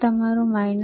આ તમારું 14